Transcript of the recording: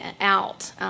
out